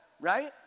right